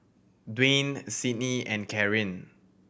Dwayne Cydney and Caryn